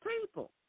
people